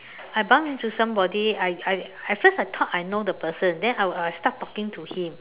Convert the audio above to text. I bumped into somebody I I at first I thought I know the person then I I start talking to him